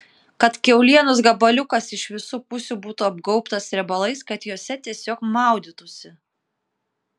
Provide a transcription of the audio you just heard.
kad kiaulienos gabaliukas iš visų pusių būtų apgaubtas riebalais kad juose tiesiog maudytųsi